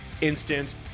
instant